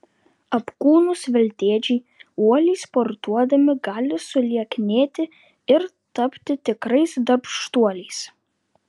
apkūnūs veltėdžiai uoliai sportuodami gali sulieknėti ir tapti tikrais darbštuoliais